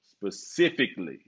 specifically